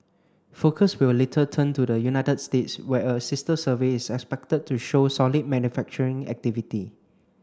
focus will later turn to the United States where a sister survey is expected to show solid manufacturing activity